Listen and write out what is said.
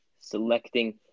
selecting